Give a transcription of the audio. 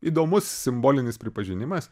įdomus simbolinis pripažinimas